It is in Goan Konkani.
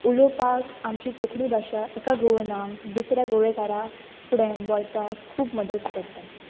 उलोवपाक आमची कोंकणी भाशा एका गोवनाक दुसऱ्या गोवेकारा फुड्यान बोलपाक खूब मदत करतात